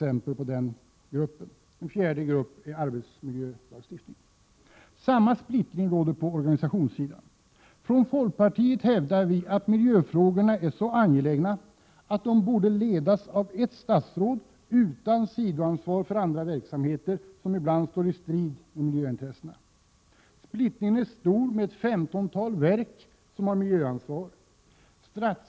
En fjärde grupp är arbetsmiljölagstiftningen. Samma splittring råder på organisationssidan. Vi i folkpartiet hävdar att miljöfrågorna är så angelägna att de borde handhas av ett statsråd som inte också har ett sidoansvar för verksamheter som i bland står i'strid med miljöintressena. Splittringen är alltså stor. Det finns ett femtontal verk som har miljöansvar.